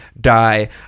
die